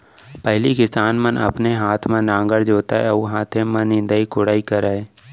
पहिली किसान मन अपने हाथे म नांगर जोतय अउ हाथे म निंदई कोड़ई करय